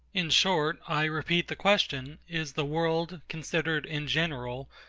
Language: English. in short, i repeat the question is the world, considered in general,